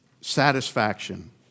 satisfaction